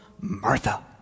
Martha